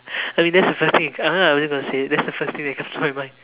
I mean that's the first thing I'm really gonna say it that's the first thing that comes to my mind